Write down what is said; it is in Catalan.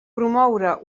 promoure